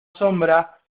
sombra